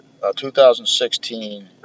2016